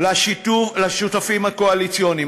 לשותפים הקואליציוניים.